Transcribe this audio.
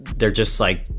they're just, like,